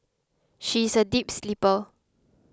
she is a deep sleeper